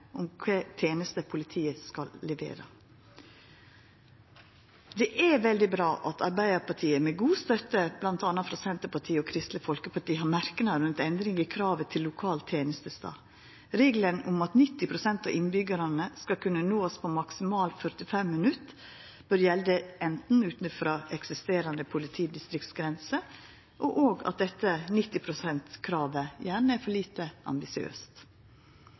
om kva tenester politiet skal levera. Det er veldig bra at Arbeidarpartiet, med god støtte frå bl.a. Senterpartiet og Kristeleg Folkeparti, har merknad rundt endring i kravet til lokal tenestestad. Regelen om at 90 pst. av innbyggjarane skal kunna nåast på maksimalt 45 minutt, bør gjelda ut frå eksisterande politidistriktsgrense og òg ut frå at dette 90 pst.-kravet gjerne er for lite ambisiøst.